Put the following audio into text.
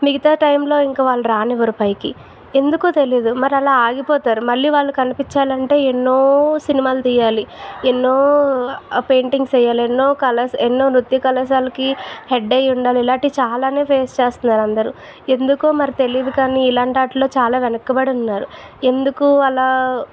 మిగతాటైములో ఇంకవాళ్ళని రానివ్వరు పైకి ఎందుకో తెలీదు మరి అలా ఆగిపోతారు మళ్ళీ వాళ్ళు కనిపించాలంటే ఎన్నో సినిమాలు తీయాలి ఎన్నో పెయిటింగ్స్ వేయాలి ఎన్నో కలర్స్ ఎన్నో నృత్యకళశాలకి హెడ్ అయ్యి ఉండాలి ఇలాంటివి చాలానే ఫేస్ చేస్తునారు అందరు ఎందుకోమరి తెలీదుకాని ఇలాంటి వాటిలో చాలా వెనుకపడి ఉన్నారు ఎందుకువాళ్ళు